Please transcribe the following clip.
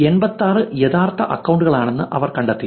86 യഥാർത്ഥ അക്കൌണ്ടുകളാണെന്ന് അവർ കണ്ടെത്തി